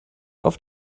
auf